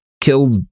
killed